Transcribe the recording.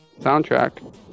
soundtrack